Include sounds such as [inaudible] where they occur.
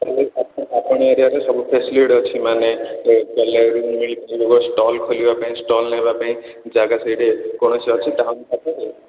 କ'ଣ ଭାଇ ଆପଣ ଆପଣଙ୍କ ଏରିଆରେ ସବୁ ଫ୍ୟାସିଲିଟି ଅଛି ମାନେ ଏଇ [unintelligible] ମିଳିପାରିବ ଷ୍ଟଲ ଖୋଲିବା ପାଇଁ ଷ୍ଟଲ ନେବା ପାଇଁ ଜାଗା ସେଇଠି କୌଣସି ଅଛି ଟାଉନ୍ ପାଖରେ